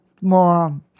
more